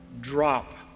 drop